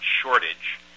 shortage